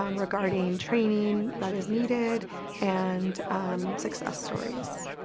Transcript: um regarding training that is needed and success stories.